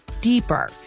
deeper